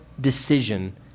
decision